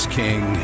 king